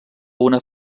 una